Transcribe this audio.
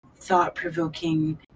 thought-provoking